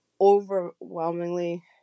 overwhelmingly